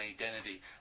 identity